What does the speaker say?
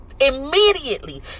Immediately